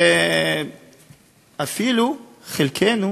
ואפילו חלקנו,